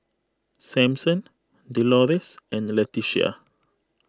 Sampson Delores and Leticia